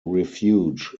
refuge